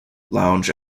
lounge